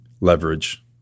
Leverage